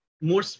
more